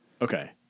Okay